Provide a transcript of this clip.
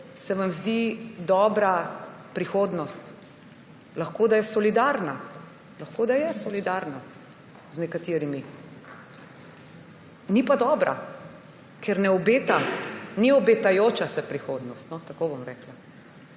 se vam zdi dobra prihodnost? Lahko, da je solidarna. Lahko, da je solidarna z nekaterimi, ni pa dobra, ker ne obeta. Ni obetajoča se prihodnost, tako bom rekla.